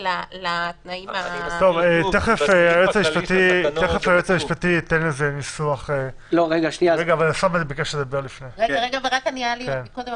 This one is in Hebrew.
ראוי להתייחס לרווחה --- מה צריך להיות כתוב שם,